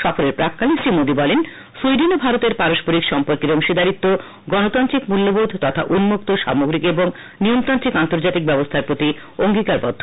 সফরের প্রাককালে শ্রী মোদী বলেন সুইডেন ও ভারতের পারস্পরিক সম্পর্কের অংশীদারিত্ব গণতান্ত্রিক মূল্যবোধ তথা উন্মুক্ত সামগ্রিক এবং নিয়মতান্নিক আন্তর্জাতিক ব্যবস্হার প্রতি অঙ্গীকারবদ্ধ